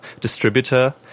distributor